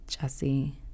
Jesse